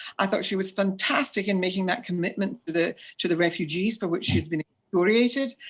i thought she was fantastic in making that commitment to the to the refugees, for which she has been excoriated,